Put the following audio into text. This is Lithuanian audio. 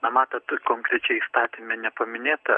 na matot konkrečiai įstatyme nepaminėta